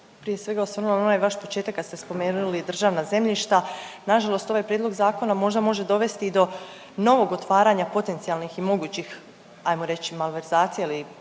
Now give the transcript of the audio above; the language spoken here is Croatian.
prije svega osvrnula na onaj vaš početak kad ste spomenuli državna zemljišta. Nažalost ovaj prijedlog zakona možda može dovesti i do novog otvaranja potencijalnih i mogućih ajmo reći malverzacija ili